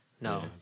No